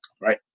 right